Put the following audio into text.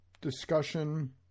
discussion